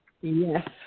Yes